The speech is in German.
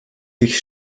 sich